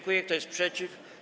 Kto jest przeciw?